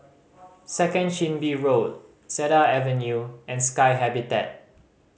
Second Chin Bee Road Cedar Avenue and Sky Habitat